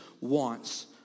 wants